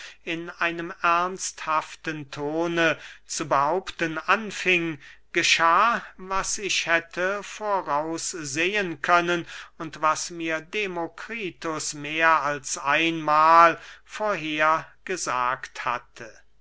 in einem ernsthaften tone zu behaupten anfing geschah was ich hätte voraussehen können und was mir demokritus mehr als einmahl vorher gesagt hatte